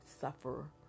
suffer